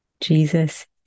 Jesus